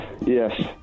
yes